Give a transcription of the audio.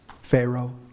Pharaoh